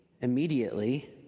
immediately